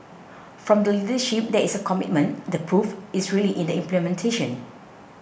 from the leadership there is a commitment the proof is really in the implementation